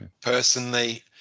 Personally